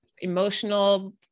emotional